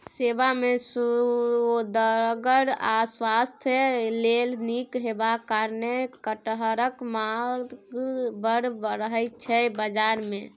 खेबा मे सुअदगर आ स्वास्थ्य लेल नीक हेबाक कारणेँ कटहरक माँग बड़ रहय छै बजार मे